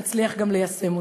נצליח גם ליישם אותם.